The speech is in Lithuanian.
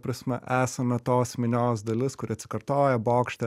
prasme esame tos minios dalis kuri atsikartoja bokšte